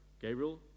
Gabriel